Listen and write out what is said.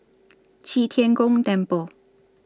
Qi Tian Gong Temple